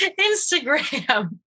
instagram